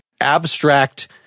abstract